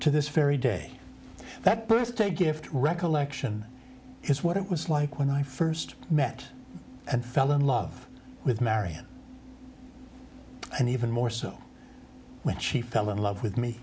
to this very day that burst a gift recollection is what it was like when i first met and fell in love with marian and even more so when she fell in love with me